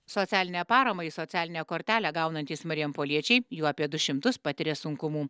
socialinę paramą į socialinę kortelę gaunantys marijampoliečiai jų apie du šimtus patiria sunkumų